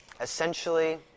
Essentially